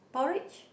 porridge